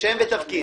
שם ותפקיד.